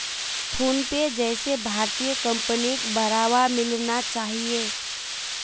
PhonePe जैसे भारतीय कंपनिक बढ़ावा मिलना चाहिए